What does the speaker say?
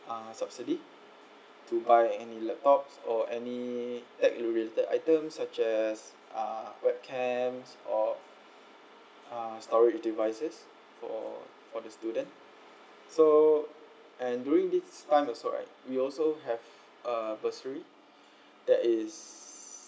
ah subsidy to buy any laptops or any lab related items such as uh webcams or uh storage devices for for the student so and during this time also right we also have uh bursary that is